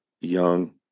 young